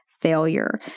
Failure